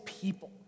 people